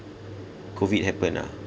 COVID happen ah